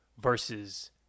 versus